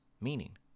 meaning